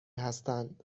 هستند